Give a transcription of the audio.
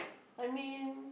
I mean